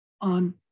on